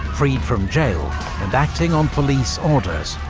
freed from jail and acting on police orders.